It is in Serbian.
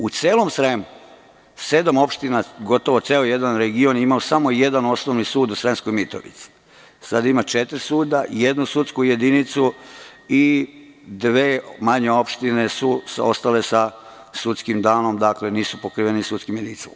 U celom Sremu sedam opština, gotovo ceo jedan region je imao samo jedan Osnovni sud u Sremskoj Mitrovici, a sada ima četiri suda, jednu sudsku jedinicu i dve manje opštine su ostale sa sudskim danom, dakle, nisu pokriveni sudskim jedinicama.